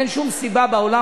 אין שום סיבה בעולם,